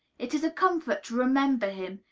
it is a comfort to remember him,